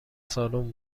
سالن